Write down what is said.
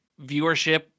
viewership